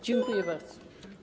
Dziękuję bardzo.